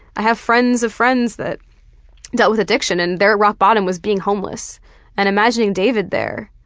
i have friends of friends that dealt with addiction and their rock bottom was being homeless and imagining david there.